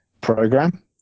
program